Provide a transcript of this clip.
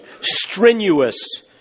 strenuous